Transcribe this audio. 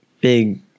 big